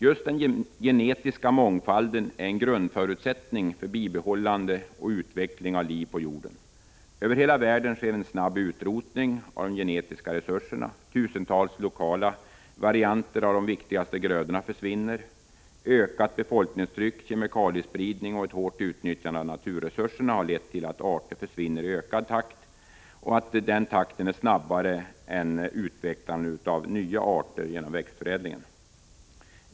Just den genetiska mångfalden är en grundförutsättning för bibehållande och utvecklande av liv på jorden. Över hela världen sker en snabb utrotning av de genetiska resurserna. Tusentals lokala varianter av de viktigaste grödorna försvinner. Ökat befolkningstryck, kemikaliespridning och ett hårt utnyttjande av naturresurserna har lett till att arter försvinner i ökad takt och att den takten är snabbare än utvecklandet av nya arter genom växtförädling.